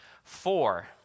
Four